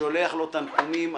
שולח לו תנחומים.